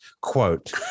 Quote